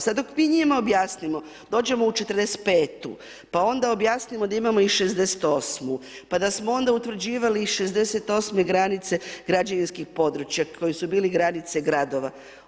Sad dok mi njima objasnimo, dođemo u 45-tu, pa onda objasnimo da imamo i 68., pa da smo onda utvrđivali iz 68. granice građevinskih područja koji su bili granice gradova.